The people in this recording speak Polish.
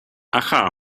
aha